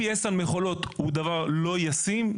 GPS על מכולות הוא דבר לא ישים,